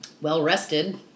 well-rested